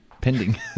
Pending